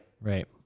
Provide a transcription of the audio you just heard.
Right